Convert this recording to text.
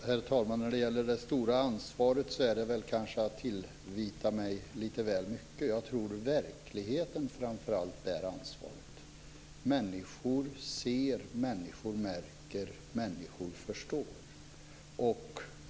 Herr talman! När det gäller ansvaret tror jag att Holger Gustafsson tillvitade mig lite väl mycket. Jag tror att verkligheten, framför allt, bär ansvaret. Människor ser. Människor märker. Människor förstår.